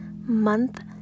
month